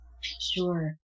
Sure